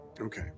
Okay